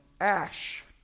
ash